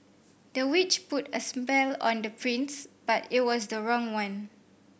the witch put a spell on the prince but it was the wrong one